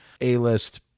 A-list